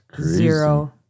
zero